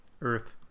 Earth